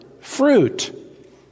fruit